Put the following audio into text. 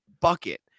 bucket